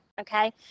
okay